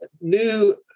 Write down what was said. new